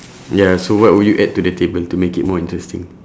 ya so what will you add to the table to make it more interesting